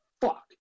fuck